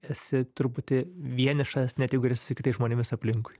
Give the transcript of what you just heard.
esi truputį vienišas net su kitais žmonėmis aplinkui